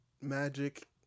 magic